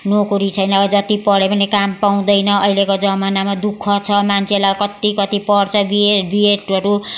नोकरी छैन अब जति पढे पनि काम पाउँदैन अहिलेको जमानामा दुःख छ मान्छेले कति कति पढ्छ बिए बिएडहरू